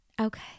okay